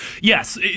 yes